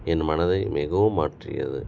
என் மனதை மிகவும் மாற்றியது